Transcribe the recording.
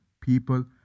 people